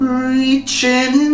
reaching